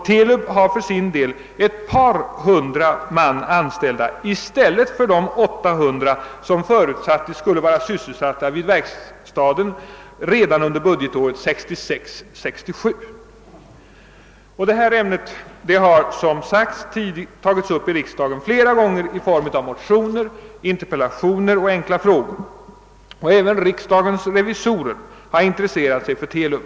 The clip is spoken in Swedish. TELUB har för sin del ett par hundra man anställda i stället för de 800 som förutsattes skulle vara sysselsatta vid verkstaden redan under budgetåret 1966/1967. Detta ämne har som sagt tagits upp i riksdagen flera gånger i form av motioner, interpellationer och enkla frågor. Även riksdagens revisorer har intresserat sig för TELUB.